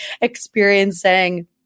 experiencing